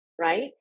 right